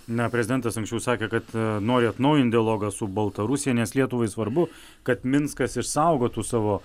na prezidentas anksčiau sakė kad nori atnaujint dialogą su baltarusija nes lietuvai svarbu kad minskas išsaugotų savo